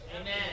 Amen